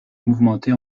mouvementée